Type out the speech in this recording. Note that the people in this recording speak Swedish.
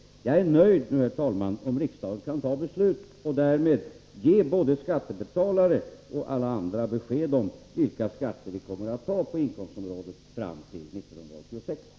Jag är nöjd, herr talman, om riksdagen kan fatta ett beslut och därmed ge både skattebetalare och alla andra besked om vilka inkomstskatter vi - Nr 51 kommer att ha fram till 1986.